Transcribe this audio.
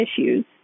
issues